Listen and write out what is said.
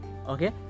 Okay